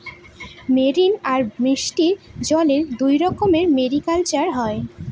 marine আর মিষ্টি জলে দুইরকম মেরিকালচার হয়